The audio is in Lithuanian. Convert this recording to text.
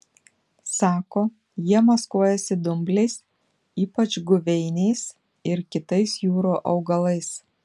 sako jie maskuojasi dumbliais ypač guveiniais ir kitais jūrų augalais